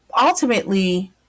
Ultimately